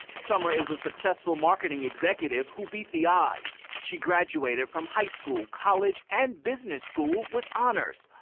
summer is a successful marketing executive who beat the odds. she graduated from high school, college, and business school with honors,